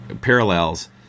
parallels